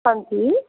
ਹਾਂਜੀ